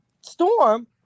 storm